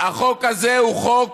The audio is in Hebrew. החוק הזה הוא חוק